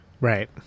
Right